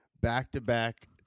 back-to-back